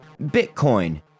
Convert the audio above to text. Bitcoin